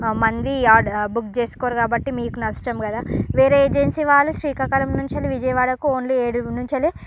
మనది ఆర్డ్ బుక్ చేసుకోరు కాబట్టి మీకు నష్టం కదా వేరే ఏజెన్సీ వాళ్ళు శ్రీకాకుళం నుంచి వెళ్ళి విజయవాడకు ఓన్లీ ఏడు నుంచి వెళ్ళి